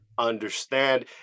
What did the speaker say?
understand